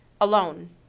alone